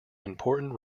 important